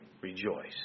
rejoice